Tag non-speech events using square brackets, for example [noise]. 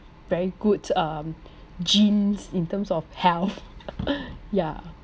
very good um genes in terms of health [laughs] yeah